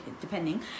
depending